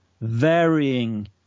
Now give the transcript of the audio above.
varying